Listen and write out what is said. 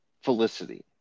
Felicity